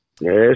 Yes